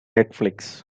netflix